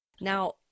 Now